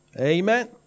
Amen